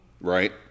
Right